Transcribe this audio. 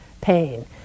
pain